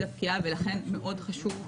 הוראת שעה) (תיקון) (הארכת תוקף),